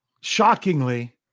shockingly